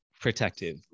protective